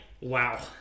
Wow